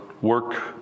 work